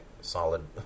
Solid